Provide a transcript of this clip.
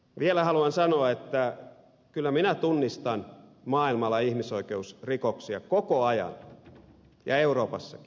vielä haluan sanoa että kyllä minä tunnistan maailmalla ihmisoikeusrikoksia koko ajan ja euroopassakin